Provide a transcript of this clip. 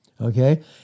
Okay